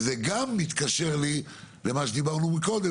וזה גם מתקשר לי למה שדיברנו מקודם,